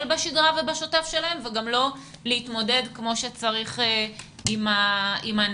בשגרה ובשוטף שלהן וגם לא להתמודד עם כמו שצריך עם הנגיף.